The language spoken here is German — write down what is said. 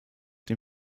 dem